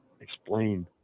explain